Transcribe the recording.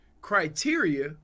criteria